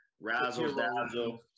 razzle-dazzle